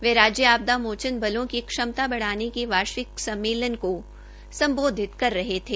वह राज्य आपदामोचन बलों की श्रमता बढाने के वार्षिक सम्मेलन को संबोधित कर रहे थे